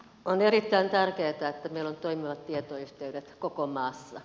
on erittäin tärkeätä että meillä on toimivat tietoyhteydet koko maassa